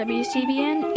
wcbn